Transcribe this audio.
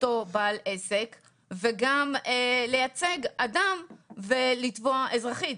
אותו בעל עסק וגם לייצג אדם ולתבוע אזרחית.